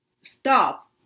stop